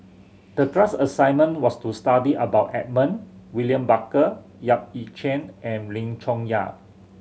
the class assignment was to study about Edmund William Barker Yap Ee Chian and Lim Chong Yah